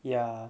ya